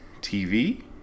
TV